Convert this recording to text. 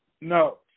No